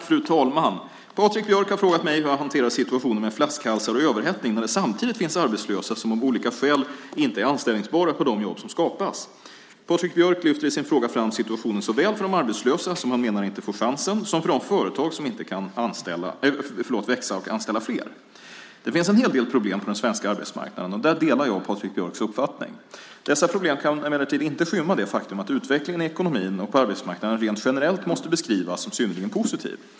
Fru talman! Patrik Björck har frågat mig hur jag hanterar situationen med flaskhalsar och överhettning när det samtidigt finns arbetslösa som av olika skäl inte är anställningsbara på de jobb som skapas. Patrik Björck lyfter i sin fråga fram situationen såväl för de arbetslösa, som han menar inte får chansen, som för de företag som inte kan växa och anställa fler. Det finns en hel del problem på den svenska arbetsmarknaden. Där delar jag Patrik Björcks uppfattning. Dessa problem kan emellertid inte skymma det faktum att utvecklingen i ekonomin och på arbetsmarknaden rent generellt måste beskrivas som synnerligen positiv.